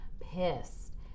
pissed